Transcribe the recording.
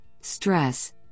stress